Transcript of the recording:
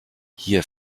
hier